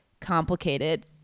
complicated